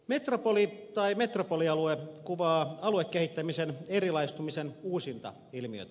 metropoli tai metropolialue kuvaa aluekehittämisen erilaistumisen uusinta ilmiötä